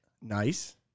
Nice